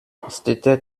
steter